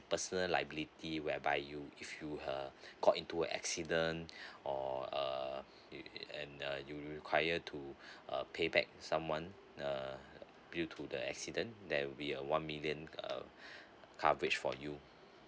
personal liability whereby you if you uh got into accident or uh it and uh you require to uh pay back someone err due to the accident there will be a one million uh coverage for you